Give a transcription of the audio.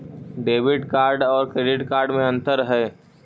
Debit card और credit card में अन्तर है?